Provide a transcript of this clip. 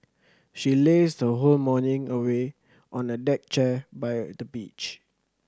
she lazed her whole morning away on a deck chair by the beach